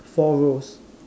four rows